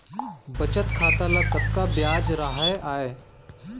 बचत खाता ल कतका ब्याज राहय आय?